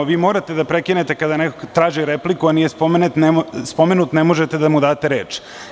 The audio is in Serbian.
Vi morate da prekinete kada neko traži repliku, a nije spomenut, ne možete da mu date reč.